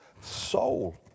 soul